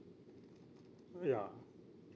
ya